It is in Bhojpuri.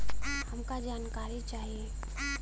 हमका जानकारी चाही?